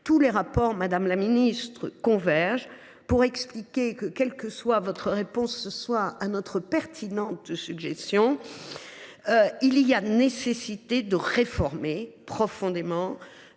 Tous les rapports convergent, madame la ministre, pour expliquer que, quelle que soit votre réponse ce soir à notre pertinente suggestion, il est nécessaire de réformer profondément